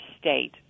state